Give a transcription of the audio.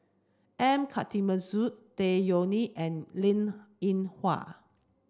M Karthigesu Tan Yeok Nee and Linn In Hua